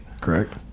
Correct